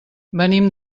venim